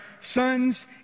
sons